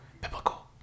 biblical